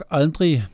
aldrig